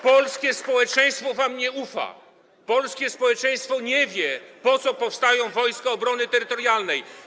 Polskie społeczeństwo wam nie ufa, polskie społeczeństwo nie wie, po co powstają Wojska Obrony Terytorialnej.